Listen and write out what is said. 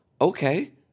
Okay